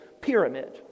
pyramid